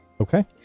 Okay